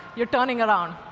you're turning around.